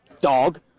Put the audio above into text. Dog